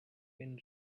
been